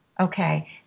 okay